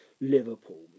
Liverpool